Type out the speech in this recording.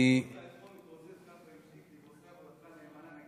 ראינו אותך אתמול מתרוצץ ככה עם שיקלי ועושה את עבודתך נאמנה.